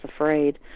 afraid